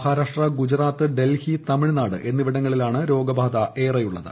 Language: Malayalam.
മഹാരാഷ്ട്ര ഗുജറാത്ത് ഡൽഹി തമിഴ്നാട് എന്നിവിടങ്ങളിലാണ് രോഗബാധ ഏറെയുള്ളത്